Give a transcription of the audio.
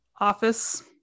office